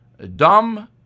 Dumb